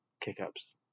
kick-ups